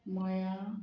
मया